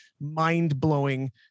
mind-blowing